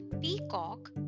peacock